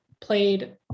played